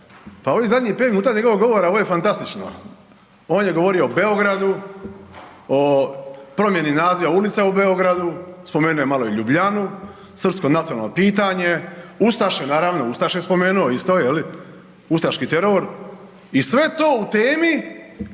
pa ovih zadnjih 5 minuta njegovog govora ovo je fantastično. On je govorio o Beogradu, o promjeni naziva ulica u Beogradu, spomenuo je malo i Ljubljanu, srpsko nacionalno pitanje, ustaše, naravno ustaše je spomenu isto, ustaški teror i sve to u temi